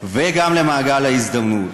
וגם למעגל ההזדמנות.